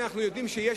אנחנו יודעים שיש,